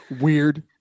weird